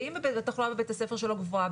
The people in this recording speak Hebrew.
ואם התחלואה בבית הספר שלו גבוהה,